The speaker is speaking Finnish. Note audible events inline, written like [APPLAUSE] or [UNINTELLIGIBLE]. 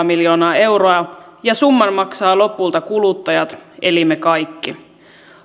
[UNINTELLIGIBLE] miljoonaa euroa ja summan maksavat lopulta kuluttajat eli me kaikki